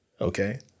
okay